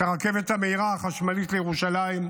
את הרכבת המהירה, החשמלית, לירושלים,